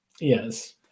Yes